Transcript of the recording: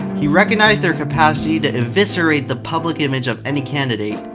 he recognized their capacity to eviscerate the public image of any candidate,